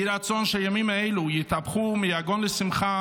יהי רצון שהימים האלה יתהפכו מיגון לשמחה